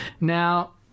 Now